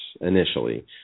initially